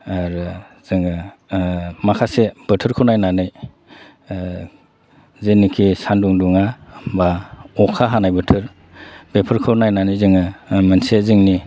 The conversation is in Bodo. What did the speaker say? आरो जोङो माखासे बोथोरखौ नायनानै जेनाखि सानदुं दुङा बा अखा हानाय बोथोर बेफोरखौ नायनानै जोङो मोनसे जोंनि